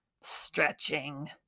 stretching